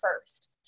first